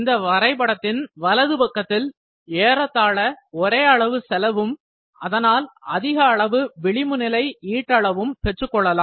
இந்த வரைபடத்தின் வலது பக்கத்தில் ஏறத்தாள ஒரே அளவு செலவும் அதனால் அதிகளவு விளிம்புநிலை ஈட்டஅளவும் பெற்றுக்கொள்ளலாம்